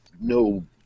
no